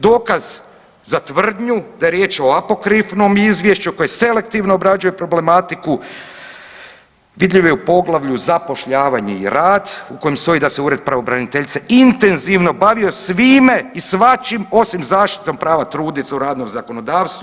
Dokaz za tvrdnju da je riječ o apokrifnom izvješću koje selektivno obrađuje problematiku vidljiv je u poglavlju „Zapošljavanje i rad“ u kojem stoji da se ured pravobraniteljice intenzivno bavio svime i svačim osim zaštitom prava trudnica u radnom zakonodavstvu.